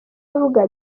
avuga